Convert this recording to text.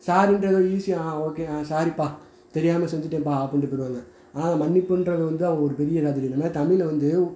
சாரின்றது ஈஸியாக ஆ ஓகே ஆ சாரிப்பா தெரியாமல் செஞ்சுட்டேன்ப்பா அப்படின்ட்டு போய்டுவாங்க ஆனால் மன்னிப்புன்றது வந்து அவங்களுக்கு பெரிய இதாக தெரியுது அதனால தமிழில் வந்து